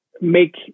make